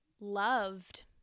loved